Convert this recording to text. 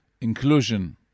inclusion